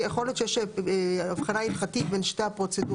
יכול להיות שיש הבחנה הלכתית בין שתי הפרוצדורות.